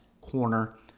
corner